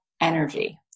energy